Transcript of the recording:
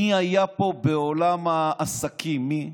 מי היה פה בעולם העסקים, מי?